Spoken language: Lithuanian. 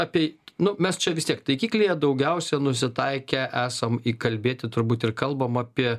apie nu mes čia vis tiek taikiklyje daugiausia nusitaikę esam įkalbėti turbūt ir kalbam apie